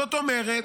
זאת אומרת,